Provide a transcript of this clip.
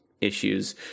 issues